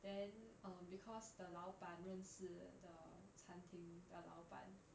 then um because the 老板认识 the 餐厅的老板